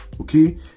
okay